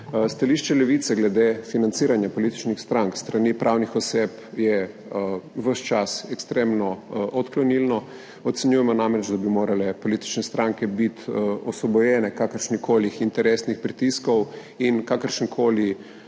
Stališče Levice glede financiranja političnih strank s strani pravnih oseb je ves čas ekstremno odklonilno, ocenjujemo namreč, da bi morale politične stranke biti osvobojene kakršnihkoli interesnih pritiskov in kakršnokoli